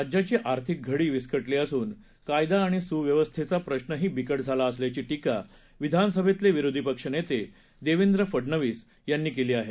राज्याची आर्थिक घडी विस्कटली असून कायदा आणि सुव्यवस्थेचा प्रश्रही बिकट झाला असल्याची टीका विधानसभेतले विरोधी पक्षनेते देवेंद्र फडनवीस यांनी केली आहे